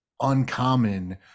uncommon